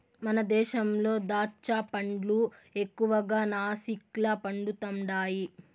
మన దేశంలో దాచ్చా పండ్లు ఎక్కువగా నాసిక్ల పండుతండాయి